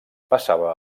passava